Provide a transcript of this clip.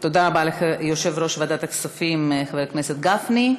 תודה רבה ליושב-ראש ועדת הכספים חבר הכנסת גפני.